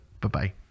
Bye-bye